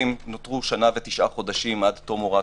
נותרו שנה ותשעה חודשים עד תום הוראת